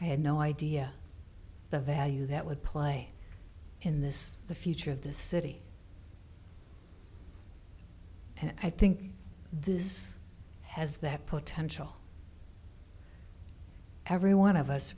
i had no idea the value that would play in this the future of the city and i think this has that potential every one of us